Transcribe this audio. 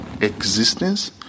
existence